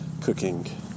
cooking